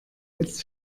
jetzt